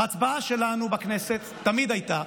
ההצבעה שלנו בכנסת תמיד הייתה,